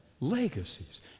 legacies